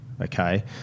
okay